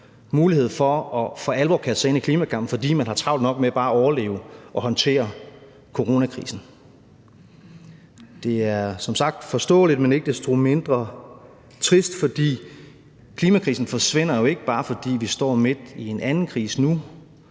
mulighed for for alvor at kaste sig ind i klimakampen, fordi man har travlt nok med bare at overleve og håndtere coronakrisen. Det er som sagt forståeligt, men ikke desto mindre trist, for klimakrisen forsvinder jo ikke, bare fordi vi står midt i en anden krise nu.